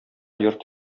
йорт